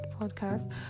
podcast